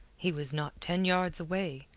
he was not ten yards away,